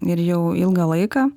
ir jau ilgą laiką